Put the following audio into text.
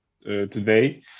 today